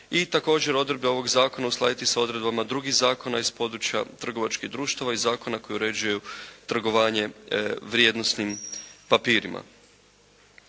I također odredbe ovog zakona uskladiti sa odredbama drugih zakona iz područja trgovačkih društava i zakona koji uređuju trgovanje vrijednosnim papirima.